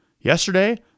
Yesterday